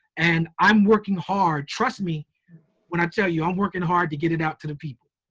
and i'm working hard trust me when i tell you i'm working hard to get it out to the people.